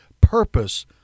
purpose